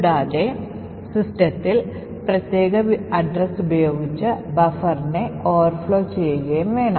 കൂടാതെ സിസ്റ്റത്തിന്റെ പ്രത്യേക വിലാസം ഉപയോഗിച്ച് ബഫറിനെ ഓവർ ഫ്ലോ ചെയ്യുകയും വേണം